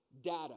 data